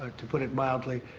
to put it mildly.